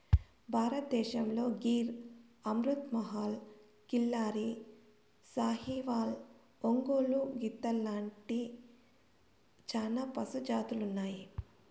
భారతదేశంలో గిర్, అమృత్ మహల్, కిల్లారి, సాహివాల్, ఒంగోలు గిత్త లాంటి చానా పశు జాతులు ఉన్నాయి